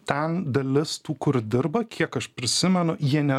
ten dalis tų kur dirba kiek aš prisimenu jie ne